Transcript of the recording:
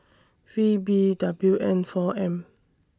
V B W N four M